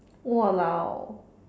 !walao!